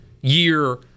year